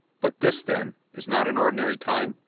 but this then, is not an ordinary time?